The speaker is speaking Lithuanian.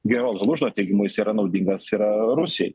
generolo zalužno teigimu jisai yra naudingas yra rusijai